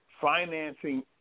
Financing